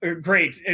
Great